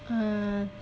uh